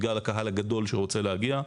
בגלל הקהל הגדול שרוצה להגיע,